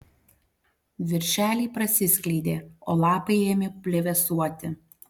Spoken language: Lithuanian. viršeliai prasiskleidė o lapai ėmė plevėsuoti